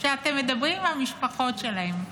כשאתם מדברים עם המשפחות שלהם,